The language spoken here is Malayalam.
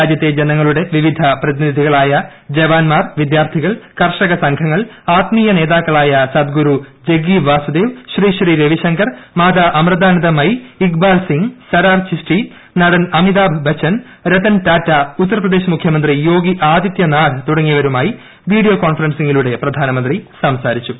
രാജ്യത്തെ വൈവിധ്യമാർന്ന ജനങ്ങളുടെ വിവിധ പ്രതിനിധികളായ ജവാന്മാർ വിദ്യാർത്ഥിക്ക്ൾ കർഷക സംഘങ്ങൾ ആത്മീയ നേതാക്കളായ സദ്ഗുരു ജഗ്ഗീറ്റിൽസുദേവ് ശ്രീശ്രീരവിശങ്കർ മാതാഅമൃതാനന്ദമയി ഇക്ബാൾ പ്പിക്ക് സരാർ ചിസ്റ്റി നടൻ അമിതാഭ് ബച്ചൻ രത്തൻടാറ്റ് ഉത്തർപ്രദേശ് മുഖ്യമന്ത്രി യോഗി ആതിഥ്യനാഥ് തുടങ്ങിയുവരുമായി വീഡിയോകോൺഫറൻ സിംഗിലൂടെ പ്രധാനമന്ത്രി സംസാരിച്ചു